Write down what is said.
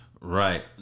Right